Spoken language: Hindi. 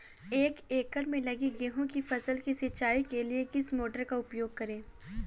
एक एकड़ में लगी गेहूँ की फसल की सिंचाई के लिए किस मोटर का उपयोग करें?